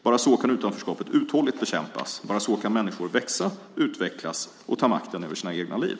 Bara så kan utanförskapet uthålligt bekämpas, och bara så kan människor växa, utvecklas och ta makten över sina liv.